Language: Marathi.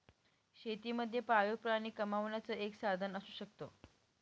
शेती मध्ये पाळीव प्राणी कमावण्याचं एक साधन असू शकतो